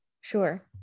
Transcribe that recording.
Sure